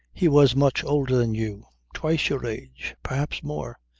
he was much older than you. twice your age. perhaps more.